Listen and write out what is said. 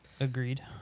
Agreed